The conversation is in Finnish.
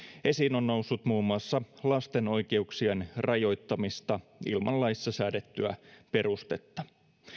esiin on noussut muun muassa lasten oikeuksien rajoittamista ilman laissa säädettyä perustetta